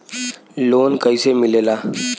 Loan कईसे मिलेला?